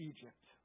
Egypt